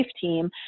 team